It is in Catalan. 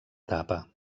etapa